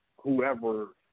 whoever